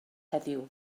heddiw